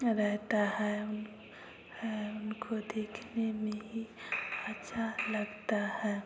रहता है है उनको देखने में ही अच्छा लगता है